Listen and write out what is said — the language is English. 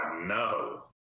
no